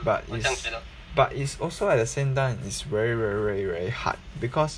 but it's but it's also at the same time is very very very very hard because